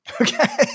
okay